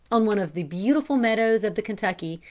on one of the beautiful meadows of the kentucky,